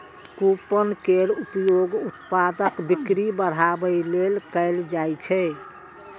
coupon केर उपयोग उत्पादक बिक्री बढ़ाबै लेल कैल जाइ छै